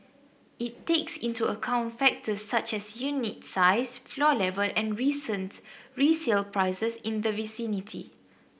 it takes into account factors such as unit size floor level and recent resale prices in the vicinity